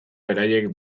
beraiek